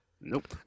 Nope